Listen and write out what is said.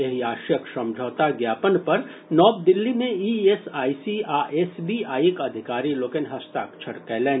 एहि आशयक समझौता ज्ञापन पर नव दिल्ली मे ईएसआईसी आ एसबीआईक अधिकारी लोकनि हस्ताक्षर कयलनि